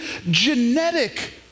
genetic